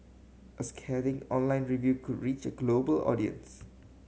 a scathing online review could reach a global audience